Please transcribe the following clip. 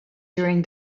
during